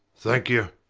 thank you.